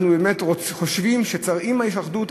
אנחנו באמת חושבים שאם יש אחדות,